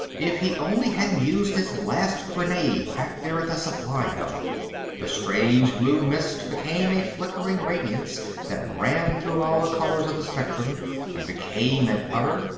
if he only hadn't used his last grenade, back there at the supply-dump. the strange blue mist became a flickering radiance that ran through all the colors of the spectrum and became an utter,